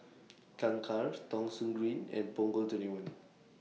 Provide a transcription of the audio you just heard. Kangkar Thong Soon Green and Punggol twenty one